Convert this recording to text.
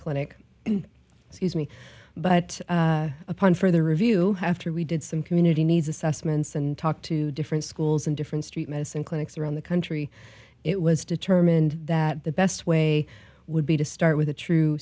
clinic sees me but upon further review after we did some community needs assessments and talked to different schools and different st medicine clinics around the country it was determined that the best way would be to start with a true